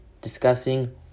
discussing